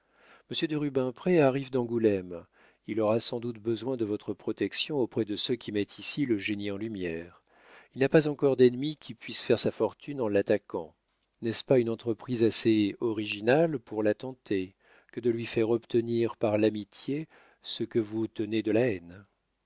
monsieur de rubempré arrive d'angoulême il aura sans doute besoin de votre protection auprès de ceux qui mettent ici le génie en lumière il n'a pas encore d'ennemis qui puissent faire sa fortune en l'attaquant n'est-ce pas une entreprise assez originale pour la tenter que de lui faire obtenir par l'amitié ce que vous tenez de la haine